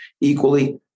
equally